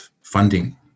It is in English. funding